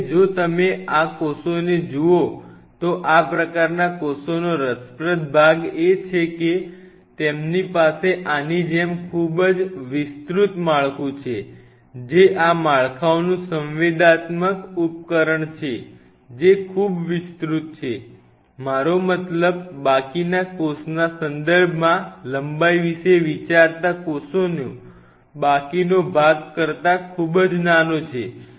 હવે જો તમે આ કોષોને જુઓ તો આ પ્રકારના કોષોનો રસપ્રદ ભાગ એ છે કે તેમની પાસે આની જેમ ખૂબ વિસ્તૃત માળખું છે જે આ માળખાઓનું સંવેદનાત્મક ઉપકરણ છે જે ખૂબ વિસ્તૃત છે મારો મતલબ બાકીના કોષના સંદર્ભમાં લંબાઈ વિશે વિચારતા કોષનો બાકીનો ભાગ કરતાં ખૂબ જ નાનો છે